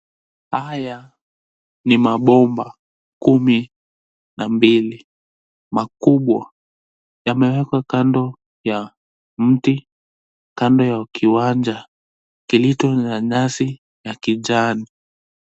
Haya ni mabomba kumi na mbili makubwa, yamewekwa kando ya mti kando ya kiwanja kilicho na nyasi ya kijani.